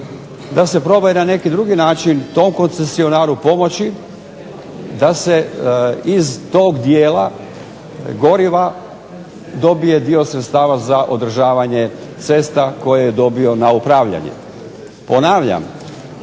da se proba i na neki drugi način tom koncesionaru pomoći da se iz tog dijela goriva dobije dio sredstava za održavanje cesta koje je dobio na upravljanje. Ponavljam,